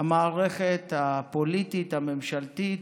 המערכת הפוליטית הממשלתית,